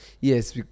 yes